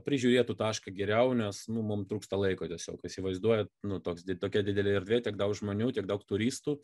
prižiūrėtų tašką geriau nes nu mum trūksta laiko tiesiog įsivaizduojat nu toks tokia didelė erdvė tiek daug žmonių tiek daug turistų